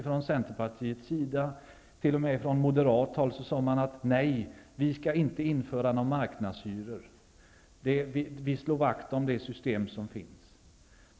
Från Centerpartiets sida och även från Moderaternas sade man: Nej, vi skall inte införa några marknadshyror, vi skall slå vakt om de system som finns.